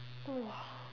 !wah!